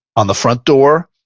on the front door,